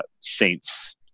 saints